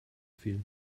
viel